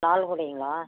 லால்குடிங்களா